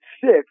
six